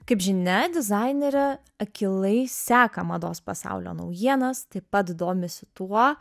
kaip žinia dizainerė akylai seka mados pasaulio naujienas taip pat domisi tuo